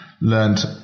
learned